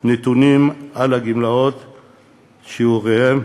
נתונים על הגמלאות ושיעוריהן,